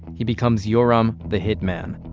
he becomes yoram the hit man.